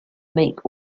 make